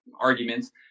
arguments